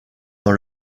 dans